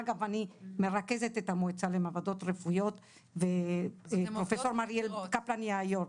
אגב אני מרכזת את המועצה למעבדות רפואיות ופרופ' מריאל קפלן היא היו"ר.